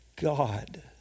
God